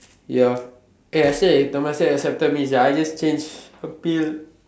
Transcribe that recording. ya eh actually Temasek accepted me sia I just change appeal